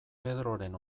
pedroren